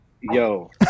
yo